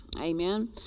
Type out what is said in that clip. Amen